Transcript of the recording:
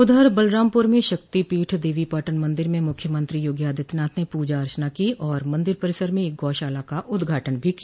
उधर बलरामपुर में शक्तिपीठ देवीपाटन मन्दिर में मुख्यमंत्री योगी आदित्यनाथ ने पूजा अर्चना की और मन्दिर परिसर में एक गौशाला का उद्घाटन भी किया